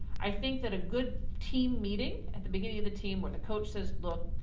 i think that a good team meeting at the beginning of the team where the coach says, look,